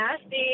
nasty